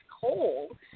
cold